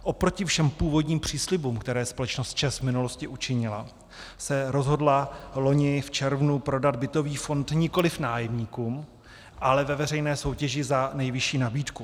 Oproti všem původním příslibům, které společnost ČEZ v minulosti učinila, se rozhodla loni v červnu prodat bytový fond nikoliv nájemníkům, ale ve veřejné soutěži za nejvyšší nabídku.